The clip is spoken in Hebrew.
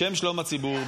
בשם שלום הציבור,